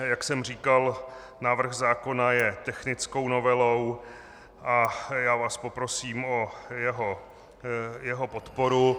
Jak jsem říkal, návrh zákona je technickou novelou a já vás poprosím o jeho podporu.